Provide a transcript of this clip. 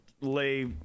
lay